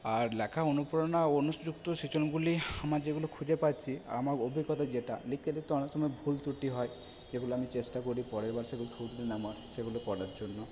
আর লেখা অনুপ্রেরণা অনুসযুক্ত সৃজনগুলি আমার যেগুলো খুঁজে পাচ্ছি আর আমার অভিজ্ঞতায় যেটা লিখতে লিখতে অনেক সময় ভুল ত্রুটি হয় যেগুলো আমি চেষ্টা করি পরেরবার সেগুলো শুধরে নেওয়ার সেগুলো করার জন্য